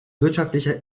wirtschaftlicher